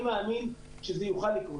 אני מאמין שזה יוכל לקרות.